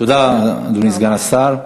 תודה, אדוני סגן השר.